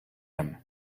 and